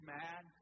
mad